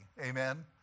Amen